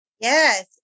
Yes